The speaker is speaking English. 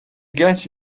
get